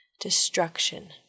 destruction